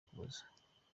ukuboza